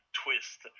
twist